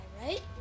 right